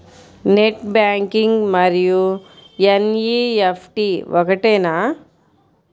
Net banking మరియు NEFT ఒకటేనా?